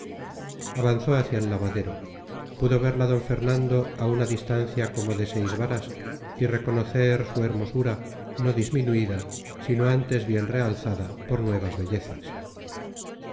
avanzó hacia el lavadero pudo verla d fernando a una distancia como de seis varas y reconocer su hermosura no disminuida sino antes bien realzada por nuevas bellezas